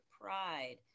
pride